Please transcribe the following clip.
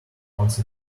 once